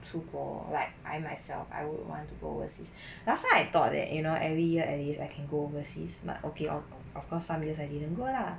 [出国] like I myself I would want to go overseas last time I thought that you know every year at least I can go overseas but okay of of course some years I didn't go lah